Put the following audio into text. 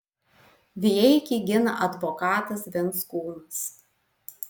vijeikį gina advokatas venckūnas